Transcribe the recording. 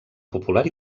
popular